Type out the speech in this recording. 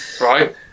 right